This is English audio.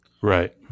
right